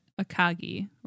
akagi